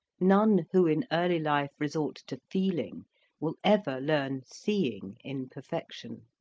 none who in early life resort to feeling will ever learn seeing in perfection.